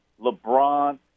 LeBron